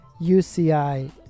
UCI